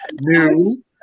new